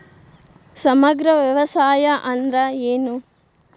ಸಮಗ್ರ ವ್ಯವಸಾಯ ಅಂದ್ರ ಏನು?